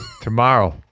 Tomorrow